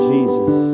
Jesus